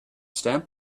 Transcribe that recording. stamp